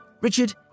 Richard